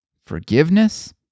forgiveness